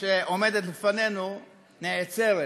שעומדת בפנינו נעצרת,